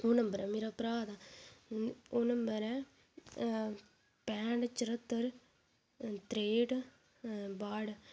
ओह् नम्बर ऐ मेरे भ्राऽ दा ओह् नम्बर ऐ पैंह्ठ चर्हत्तर त्रेंह्ठ बाह्ठ